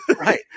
Right